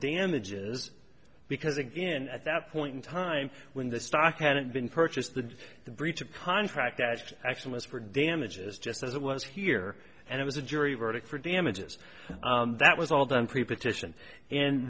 damages because again at that point in time when the stock hadn't been purchased the breach of contract asked action was for damages just as it was here and it was a jury verdict for damages that was all done preposition